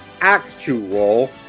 actual